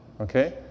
Okay